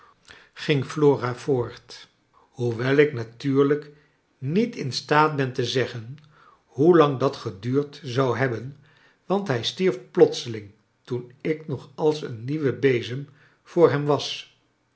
ging flora voort hoewel ik natuurlijk niet in staat ben te zeggen hoe lang dat geduurd zou hebben want hij stierf plotseling toen ik nog als een nieuwe bezem voor hem was